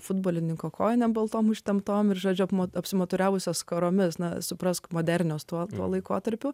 futbolininko kojinėm baltom užtemptomis žodžiu akmuo apsimuturiavusios skaromis na suprask modernios tuo laikotarpiu